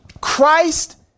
Christ